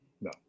no